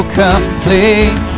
complete